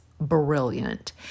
brilliant